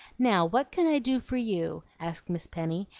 now, what can i do for you? asked miss penny,